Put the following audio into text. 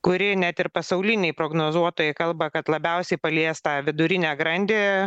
kuri net ir pasauliniai prognozuotojai kalba kad labiausiai palies tą vidurinę grandį